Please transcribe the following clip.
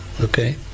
Okay